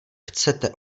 chcete